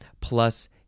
plus